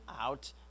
out